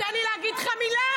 תן לי להגיד לך מילה,